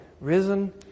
Risen